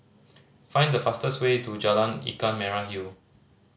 find the fastest way to Jalan Ikan Merah Hill